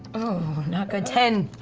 oh, not good. ten.